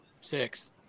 Six